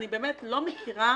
אני לא מכירה